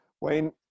Wayne